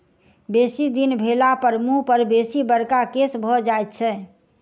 बेसी दिन भेलापर मुँह पर बेसी बड़का केश भ जाइत छै